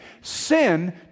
Sin